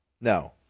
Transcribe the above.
No